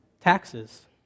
Taxes